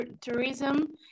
tourism